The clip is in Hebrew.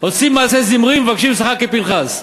עושים מעשה זמרי ומבקשים שכר כפנחס.